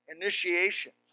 initiations